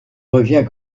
reviens